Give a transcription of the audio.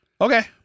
Okay